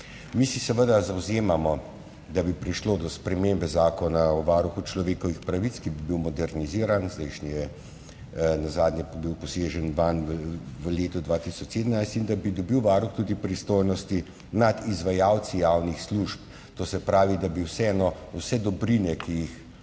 Mi se seveda zavzemamo, da bi prišlo do spremembe Zakona o varuhu človekovih pravic, ki bi bil moderniziran, v zdajšnjega se je nazadnje poseglo v letu 2017, in da bi dobil Varuh tudi pristojnosti nad izvajalci javnih služb. To se pravi, da bi za vse dobrine, ki jih